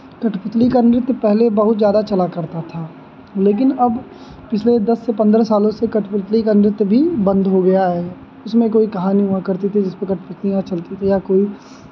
कठपुतली का नृत्य पहले बहुत ज़्यादा चला करता था लेकिन अब पिछले दस से पन्द्रह सालों से कठपुतली का नृत्य भी बंद हो गया है उसमें कोई कहानी हुआ करती थी जिसपे कठपुतलियाँ चलती थी या कोई